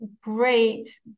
great